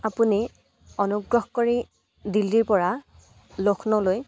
আপুনি অনুগ্ৰহ কৰি দিল্লীৰপৰা লক্ষ্ণৌলৈ